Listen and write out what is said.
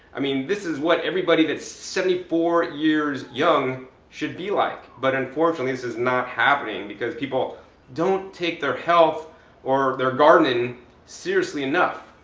i mean, this is what everybody that's seventy four years young should be like. but unfortunately this is not happening because people don't take their health or their gardening seriously enough.